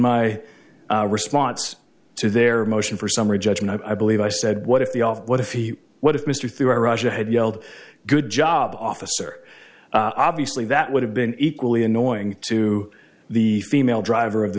my response to their motion for summary judgment i believe i said what if the off what if he what if mr throughout russia had yelled good job officer obviously that would have been equally annoying to the female driver of the